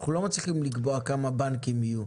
אנחנו לא מצליחים לקבוע כמה בנקים יהיו,